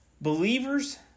Believers